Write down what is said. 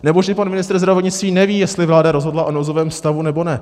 Nebo že pan ministr zdravotnictví neví, jestli vláda rozhodla o nouzovém stavu, nebo ne.